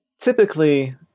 typically